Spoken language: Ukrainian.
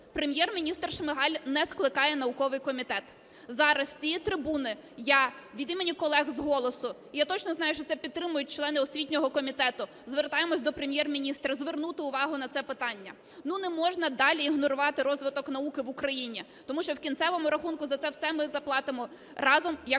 Прем'єр-міністр Шмигаль не скликає Науковий комітет. Зараз з цієї трибуни я від імені колег з "Голосу", і я точно знаю, що це підтримують члени освітнього комітету, звертаємось до Прем'єр-міністра звернути увагу на це питання. Не можна далі ігнорувати розвиток науки в Україні, тому що в кінцевому рахунку за це все ми заплатимо разом як